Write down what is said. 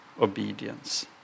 Obedience